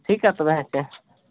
ᱴᱷᱤᱠᱟ ᱛᱚᱵᱮ ᱦᱮᱸᱥᱮ